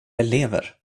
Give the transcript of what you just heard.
elever